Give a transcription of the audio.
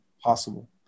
possible